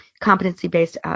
competency-based